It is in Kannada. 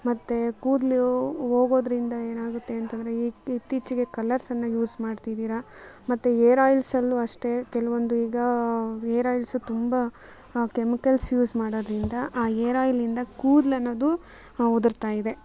ಮತ್ತು ಕೂದಲು ಹೋಗೋದ್ರಿಂದ ಏನಾಗುತ್ತೆ ಅಂತಂದರೆ ಇತ್ತೀಚಿಗೆ ಕಲರ್ಸನ್ನು ಯೂಸ್ ಮಾಡ್ತಿದ್ದೀರ ಮತ್ತು ಏರ್ ಆಯಿಲ್ಸಲ್ಲೂ ಅಷ್ಟೇ ಕೆಲವೊಂದು ಈಗ ಏರ್ ಆಯಿಲ್ಸ್ ತುಂಬ ಕೆಮಿಕಲ್ಸ್ ಯೂಸ್ ಮಾಡೋದ್ರಿಂದ ಆ ಏರ್ ಆಯಿಲ್ಲಿಂದ ಕೂದ್ಲು ಅನ್ನೋದು ಉದುರ್ತಾಯಿದೆ